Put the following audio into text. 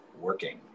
working